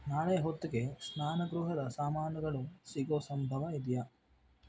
ನಾಳೆ ಹೊತ್ತಿಗೆ ಸ್ನಾನಗೃಹದ ಸಾಮಾನುಗಳು ಸಿಗೋ ಸಂಭವ ಇದೆಯಾ